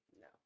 no